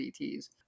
ETs